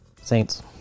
Saints